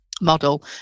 model